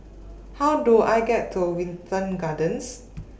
How Do I get to Wilton Gardens